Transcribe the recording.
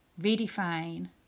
redefine